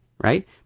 right